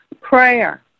prayer